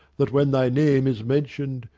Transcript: that when thy name is mention'd,